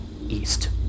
east